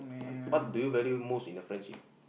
what do you value most in a friendship